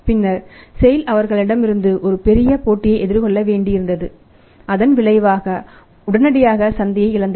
பின்னர் SAIL அவர்களிடமிருந்து ஒரு பெரிய போட்டியை எதிர்கொள்ள வேண்டியிருந்தது அதன் விளைவாக உடனடியாக சந்தையை இழந்தது